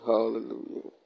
Hallelujah